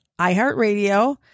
iHeartRadio